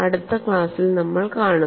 അടുത്ത ക്ലാസ്സിൽ നമ്മൾ കാണും